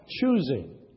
choosing